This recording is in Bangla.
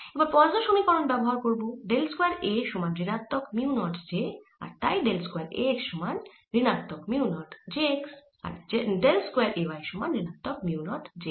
এবার পোয়াসোঁ সমীকরণ ব্যবহার করব ডেল স্কয়ার A সমান ঋণাত্মক মিউ নট J আর তাই ডেল স্কয়ার A x সমান ঋণাত্মক মিউ নট J x আর ডেল স্কয়ার A y সমান ঋণাত্মক মিউ নট J y